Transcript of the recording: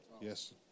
Yes